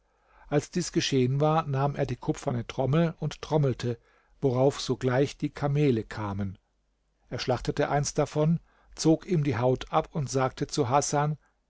als dies geschehen war nahm er die kupferne trommel und trommelte worauf sogleich die kamele kamen er schlachtete eins davon zog ihm die haut ab und sagte zu hasan